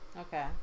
Okay